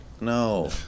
No